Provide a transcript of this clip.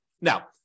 Now